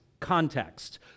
context